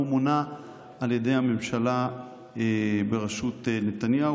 הוא מונה על ידי הממשלה בראשות נתניהו